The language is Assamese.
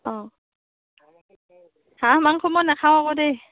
অ' হাঁহ মাংস মই নাখাওঁ আকৌ দেই